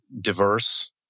diverse